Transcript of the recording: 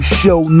show